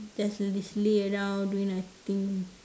just just lay around doing nothing